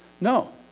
No